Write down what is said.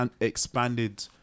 expanded